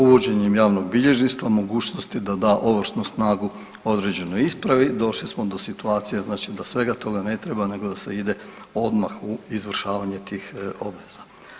Uvođenjem javnog bilježništva i mogućnosti da da ovršnu snagu određenoj ispravi došli smo do situacije znači da svega toga ne treba nego da se ide odmah u izvršavanje tih obveza.